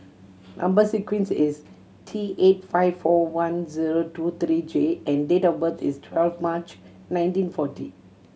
number sequence is T eight five four one zero two three J and date of birth is twelve March nineteen forty